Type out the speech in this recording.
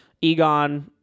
Egon